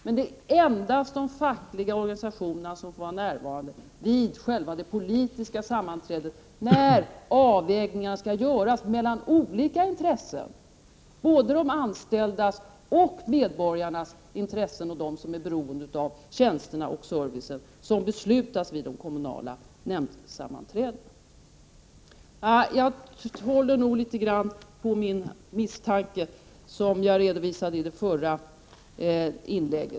Men det är endast de fackliga organisationerna som får vara närvarande vid de politiska sammanträdena, där avvägningar skall göras mellan olika intressen, både de anställdas intressen och de medborgares intressen som är beroende av de tjänster och den service som det fattas beslut om vid de kommunala nämndsammanträdena. Jag har fortfarande den misstanke som jag redovisade i mitt förra inlägg.